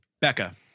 becca